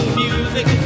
music